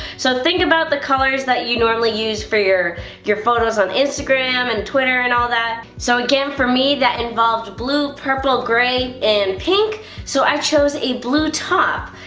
so think about the colors that you normally use for your your photos on instagram and twitter and all that. so again for me that involved blue purple gray and pink so i chose a blue top.